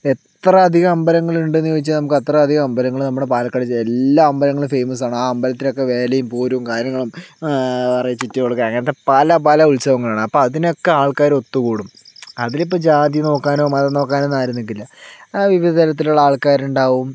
എത്ര അധികം അമ്പലങ്ങൾ ഉണ്ടെന്ന് ചോദിച്ചാൽ നമുക്ക് അത്ര അധികം അമ്പലങ്ങൾ നമ്മുടെ പാലക്കാട് ജില്ലയിൽ എല്ലാ അമ്പലങ്ങളും ഫേമസാണ് ആ അമ്പലത്തിലൊക്കെ വേലയും പൂരം കാര്യങ്ങളും പറയുക ചുറ്റുവിളക്ക് അങ്ങനത്തെ പല പല ഉത്സവങ്ങളാണ് അപ്പോൾ അതിനൊക്കെ ആൾക്കാര് ഒത്തുകൂടും അതിലിപ്പോൾ ജാതി നോക്കാനോ മതം നോക്കാനോ ഒന്നും ആരും നിക്കില്ല അത് വിവിധ തരത്തിലുള്ള ആൾക്കാരുണ്ടാകും